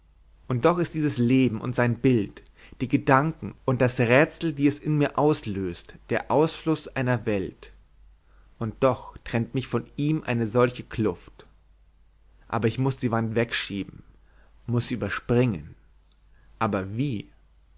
und doch ist dieses leben und sein bild die gedanken und das rätsel die es in mir auslöst der ausfluß einer welt und doch trennt mich von ihm eine solche kluft aber ich muß die wand wegschieben muß sie überspringen aber wie